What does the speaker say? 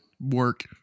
work